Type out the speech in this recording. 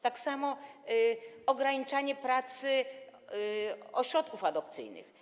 Tak samo ograniczanie pracy ośrodków adopcyjnych.